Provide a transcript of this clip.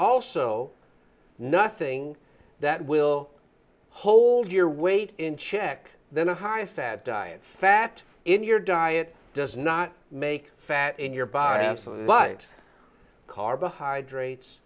also nothing that will hold your weight in check then a high fat diet fat in your diet does not make fat in your body as but carbohydrates